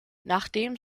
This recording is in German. nachdem